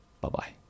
bye-bye